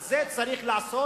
את זה צריך לעשות.